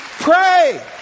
Pray